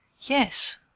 Yes